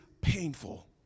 painful